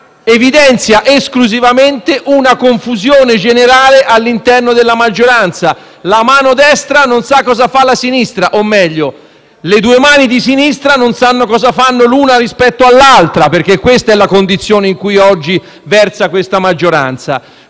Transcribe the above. evidenzia esclusivamente una confusione generale all'interno della maggioranza: la mano destra non sa cosa fa la mano sinistra; o meglio, le due mani di sinistra non sanno cosa fanno l'una rispetto all'altra, perché questa è la condizione in cui oggi versa la maggioranza.